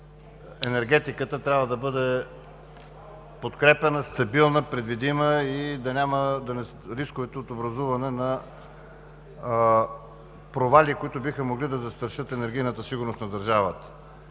енергетиката трябва да бъде подкрепяна, стабилна, предвидима и да няма рискове от образуване на провали, които биха могли да застрашат енергийната сигурност на държавата.